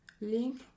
link